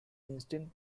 instinct